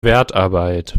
wertarbeit